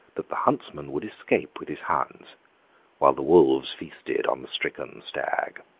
that the huntsman would escape with his hounds while the wolves feasted on the stricken stag.